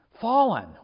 Fallen